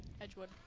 Edgewood